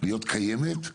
להיות קיימת,